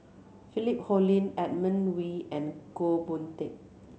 Philip Hoalim Edmund Wee and Goh Boon Teck